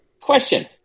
question